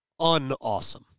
unawesome